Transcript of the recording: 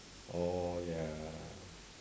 oh ya